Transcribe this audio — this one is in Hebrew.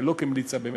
ובאמת לא כמליצה הפעם.